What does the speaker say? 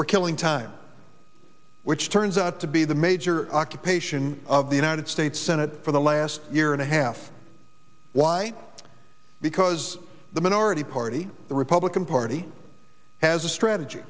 we're killing time which turns out to be the major occupation of the united states senate for the last year and a half why because the minority party the republican party has a strategy